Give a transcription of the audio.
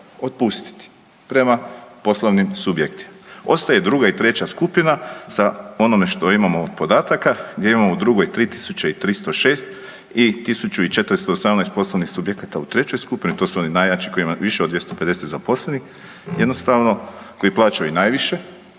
otpustiti prema poslovnim subjektima. Ostaje 2. i 3. skupina sa onome što imamo od podataka, gdje imamo u drugoj 3 306 i 1 418 poslovnih subjekata u 3. skupini, to su oni najjači koji imaju više od 250 zaposlenih, jednostavno koji plaćaju najviše,